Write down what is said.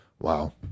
wow